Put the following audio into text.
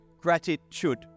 gratitude